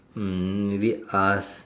hmm maybe ask